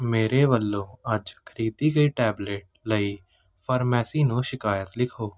ਮੇਰੇ ਵੱਲੋਂ ਅੱਜ ਖਰੀਦੀ ਗਈ ਟੈਬਲੇਟ ਲਈ ਫਾਰਮੇਸੀ ਨੂੰ ਸ਼ਿਕਾਇਤ ਲਿਖੋ